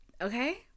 Okay